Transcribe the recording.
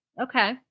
okay